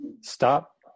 stop